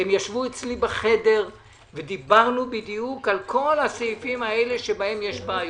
הם ישבו אצלי בחדר ודיברנו בדיוק על כל הסעיפים שבהם יש בעיות.